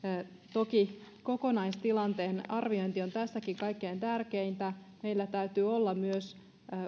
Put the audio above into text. toki kokonaistilanteen arviointi on tässäkin kaikkein tärkeintä meillä täytyy olla myös